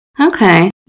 Okay